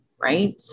right